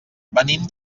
venim